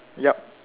yup